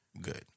Good